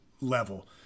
level